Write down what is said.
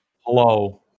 hello